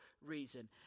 reason